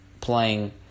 Playing